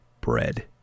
bread